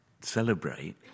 celebrate